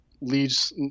leads